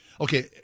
Okay